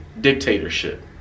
dictatorship